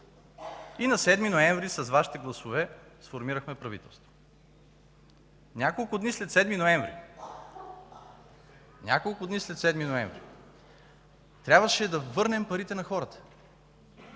и на 7 ноември с Вашите гласове сформирахме правителство. Няколко дни след 7 ноември трябваше да върнем парите на хората.